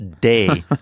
day